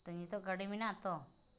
ᱛᱚ ᱱᱤᱛᱚᱜ ᱜᱟᱹᱰᱤ ᱢᱮᱱᱟᱜᱼᱟ ᱛᱚ